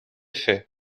fer